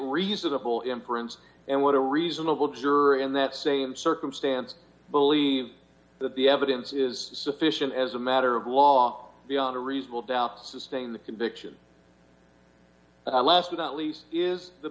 reasonable inference and what are reasonable juror in that same circumstance believe that the evidence is sufficient as a matter of law beyond a reasonable doubt sustain the conviction and i lasted at least is the